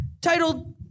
titled